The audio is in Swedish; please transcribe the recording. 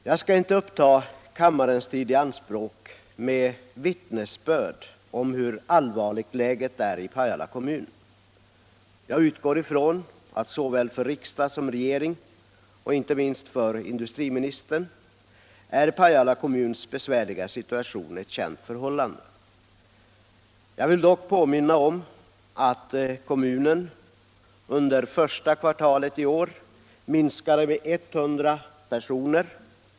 Jag skall inte ta kammarens tid i anspråk med vittnesbörd om hur allvarligt läget är i Pajala kommun. Jag utgår från att såväl för riksdag som för regering och inte minst för industriministern är Pajala kommuns besvärliga situation ett känt förhållande. Jag vill dock påminna om att kommunens folkmängd under första kvartalet i år minskade med 100 personer.